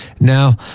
now